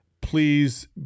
Please